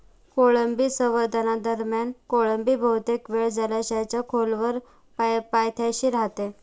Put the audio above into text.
कोळंबी संवर्धनादरम्यान कोळंबी बहुतेक वेळ जलाशयाच्या खोलवर पायथ्याशी राहते